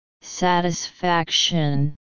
Satisfaction